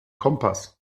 kompass